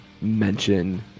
mention